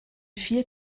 vier